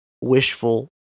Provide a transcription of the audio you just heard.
wishful